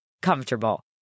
comfortable